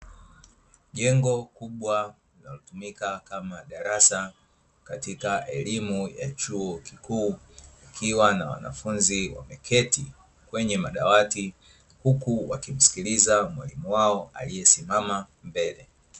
Jengo kubwa linalotumika kama darasa katika elimu ya chuo kikuu kukiwa na wanafunzi wameketi kwenye madawati, huku wakimsikiliza mwalimu wao aliye simama mbele.